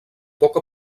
poca